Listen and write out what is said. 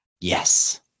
Yes